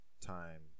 time